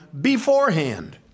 beforehand